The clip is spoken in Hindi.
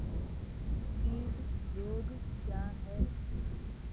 कीट रोग क्या है?